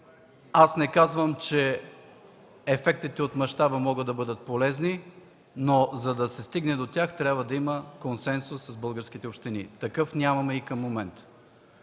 Аз не казвам, че ефектите от мащаба може да бъдат полезни, но за да се стигне до тях, трябва да има консенсус с българските общини. Такъв нямаме и към момента.